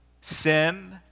sin